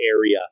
area